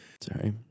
Sorry